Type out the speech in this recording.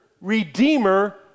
redeemer